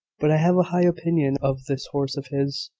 but i have a high opinion of this horse of his.